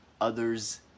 others